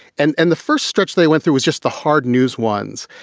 and and the first stretch they went through was just the hard news ones.